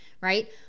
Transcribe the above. right